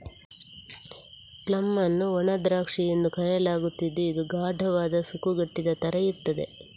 plum ಅನ್ನು ಒಣ ದ್ರಾಕ್ಷಿ ಎಂದು ಕರೆಯಲಾಗುತ್ತಿದ್ದು ಇದು ಗಾಢವಾದ, ಸುಕ್ಕುಗಟ್ಟಿದ ತರ ಇರ್ತದೆ